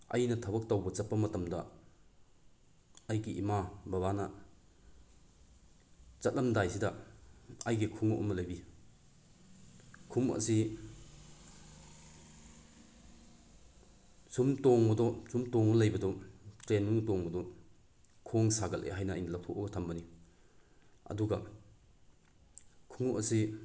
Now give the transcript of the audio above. ꯑꯩꯅ ꯊꯕꯛ ꯇꯧꯕ ꯆꯠꯄ ꯃꯇꯝꯗ ꯑꯩꯒꯤ ꯏꯃꯥ ꯕꯕꯥꯅ ꯆꯠꯂꯝꯗꯥꯏꯁꯤꯗ ꯑꯩꯒꯤ ꯈꯣꯡꯎꯞ ꯑꯃ ꯂꯩꯕꯤ ꯈꯣꯡꯎꯛ ꯑꯁꯤ ꯁꯨꯝ ꯇꯣꯡꯕꯗꯣ ꯁꯨꯝ ꯇꯣꯡ ꯂꯩꯕꯗꯣ ꯇ꯭ꯔꯦꯟ ꯃꯅꯨꯡꯗ ꯇꯣꯡꯕꯗꯨ ꯈꯣꯡ ꯁꯥꯒꯠꯂꯤ ꯍꯥꯏꯅ ꯑꯩꯅ ꯂꯧꯊꯣꯛꯑꯒ ꯊꯝꯕꯅꯤ ꯑꯗꯨꯒ ꯈꯣꯡꯎꯞ ꯑꯁꯤ